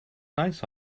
nice